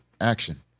action